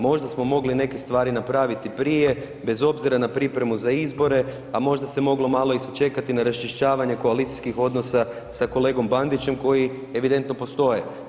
Možda smo mogli neke stvari napraviti prije, bez obzira na pripremu za izbore, a možda se moglo malo i sačekati na raščišćavanje koalicijskih odnosa sa kolegom Bandićem koji evidentno postoje.